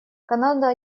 канада